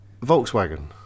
Volkswagen